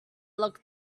look